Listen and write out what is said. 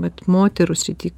vat moterų srity kur